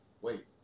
wait